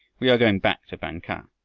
we are going back to bang-kah.